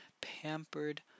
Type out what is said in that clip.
Pampered